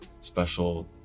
special